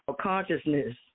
consciousness